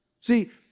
See